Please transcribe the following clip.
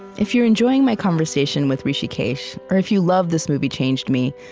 if you're enjoying my conversation with hrishikesh, or if you love this movie changed me,